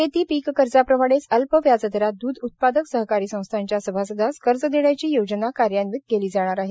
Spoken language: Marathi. शेती पीक कर्जा प्रमाणेच अल्प व्याजदरात द्ध उत्पादक सहकारी संस्थांच्या सभासदास कर्ज देण्याची योजना कार्यान्वीत केली आहे